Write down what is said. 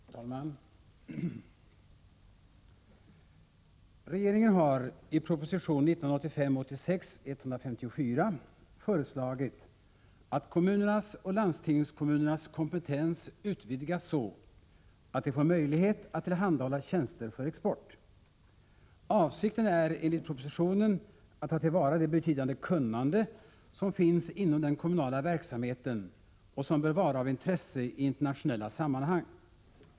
Herr talman! Regeringen har i proposition 1985/86:154 föreslagit att kommunernas och landstingskommunernas kompetens utvidgas så att de får möjlighet att tillhandahålla tjänster för export. Avsikten är enligt propositionen att ta till vara det betydande kunnande som finns inom den kommunala verksamheten och som bör vara av intresse i internationella sammanhang.